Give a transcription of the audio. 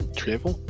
travel